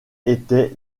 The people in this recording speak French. étaient